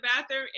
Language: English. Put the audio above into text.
bathroom